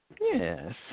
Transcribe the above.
Yes